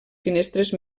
finestres